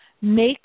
make